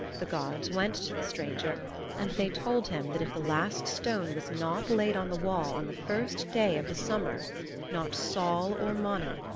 the gods went to the stranger and they told him that if the last stone was not laid on the wall on the first day of the summer not sol or mani,